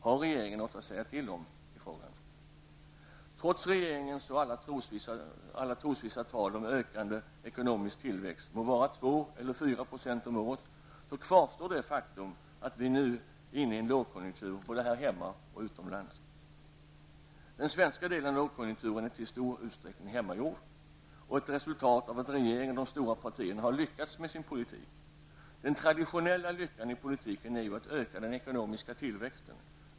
Trots regeringens alla trosvissa tal om ökande ekonomisk tillväxt -- det må vara 2 eller 4 % om året -- kvarstår det faktum att vi nu är inne i en lågkonjunktur, både här hemma och utomlands. Den svenska delen av lågkonjunkturen är i stor utsträckning hemmagjord och ett resultat av att regeringen och de stora partierna har lyckats med sin politik. Den traditionella lyckan i politiken är ju att öka den ekonomiska tillväxten.